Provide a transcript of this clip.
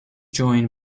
join